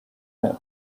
them